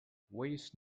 waste